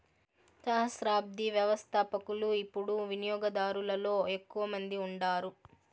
సహస్రాబ్ది వ్యవస్థపకులు యిపుడు వినియోగదారులలో ఎక్కువ మంది ఉండారు